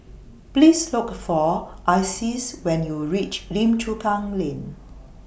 Please Look For Isis when YOU REACH Lim Chu Kang Lane